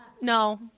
no